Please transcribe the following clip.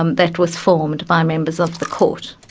um that was formed by members of the court,